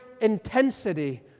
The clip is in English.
intensity